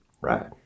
Right